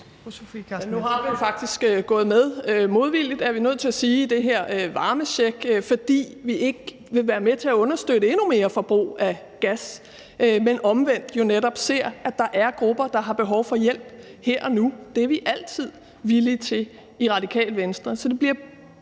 nu er vi jo faktisk gået med til – modvilligt, er vi nødt til at sige – den her varmecheck, fordi vi ikke vil være med til at understøtte endnu mere forbrug af gas, men vi jo omvendt netop ser, at der er grupper, der har behov for hjælp her og nu, og det er vi altid villige til i Radikale Venstre.